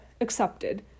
accepted